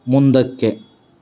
ಮುಂದಕ್ಕೆ